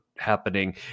happening